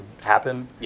happen